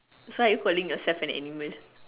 so are you calling yourself an animal